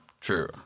True